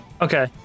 Okay